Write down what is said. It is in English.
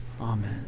Amen